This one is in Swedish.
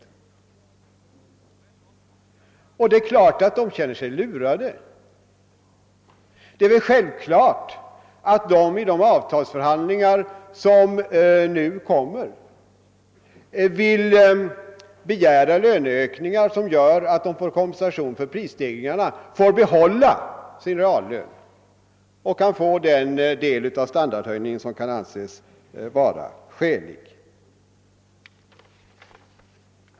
Det är naturligt att dessa löntagare känner sig lurade, och det är självklart att de i de kommande avtalsförhandlingarna vill begära löneökningar som innebär att de erhåller kompensation för prisstegringarna, får behålla sin reallön och kan tillgodogöra sig den del av standardhöjningen som kan anses skälig.